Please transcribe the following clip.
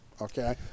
okay